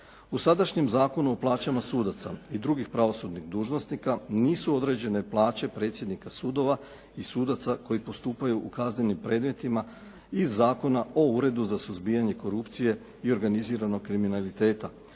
U sadašnjem Zakonu o plaćama sudaca i drugih pravosudnih dužnosnika nisu određene plaće predsjednika sudova i sudaca koji postupaju u kaznenim predmetima iz Zakona o Uredu za suzbijanje korupcije i organiziranog kriminaliteta,